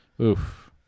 Oof